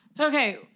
Okay